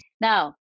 now